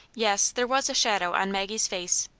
yes, there was a shadow on maggie's face,